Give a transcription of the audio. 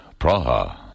Praha